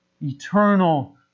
eternal